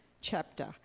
chapter